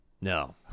No